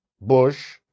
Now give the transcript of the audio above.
Bush